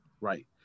Right